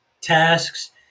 tasks